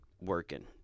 working